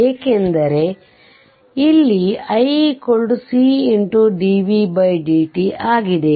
ಏಕೆಂದರೆ ಇಲ್ಲಿ i c dvdt ಆಗಿದೆ